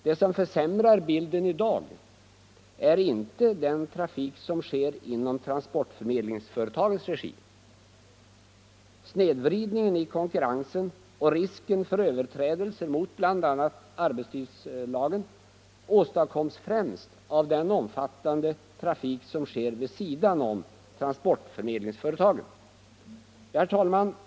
Det som försämrar bilden i dag är inte den trafik som bedrivs i transportförmedlingsföretagens regi. Snedvridningen i konkurrensen och risken för överträdelser mot bl.a. arbetstidslagen åstadkoms främst av den omfattande trafik som sker vid sidan om transportförmedlingsföretagen. Herr talman!